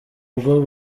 ubwo